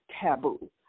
taboo